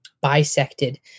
bisected